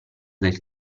del